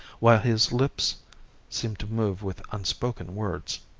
while his lips seemed to move with unspoken words.